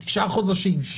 תשעה חודשים,